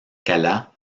cala